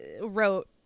wrote